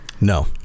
no